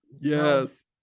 yes